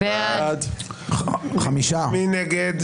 מי נגד?